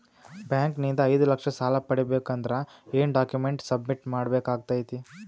Bank ನಿಂದ ಐದು ಲಕ್ಷ ಸಾಲ ಪಡಿಬೇಕು ಅಂದ್ರ ಏನ ಡಾಕ್ಯುಮೆಂಟ್ ಸಬ್ಮಿಟ್ ಮಾಡ ಬೇಕಾಗತೈತಿ?